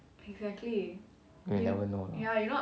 you will never know